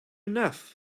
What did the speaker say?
enough